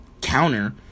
counter